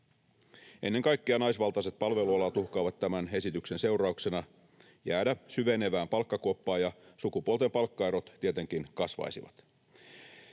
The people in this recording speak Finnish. Ennen kaikkea naisvaltaiset palvelualat uhkaavat tämän esityksen seurauksena jäädä syvenevään palkkakuoppaan, ja sukupuolten palkkaerot tietenkin kasvaisivat.